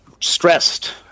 stressed